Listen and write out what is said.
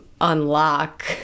unlock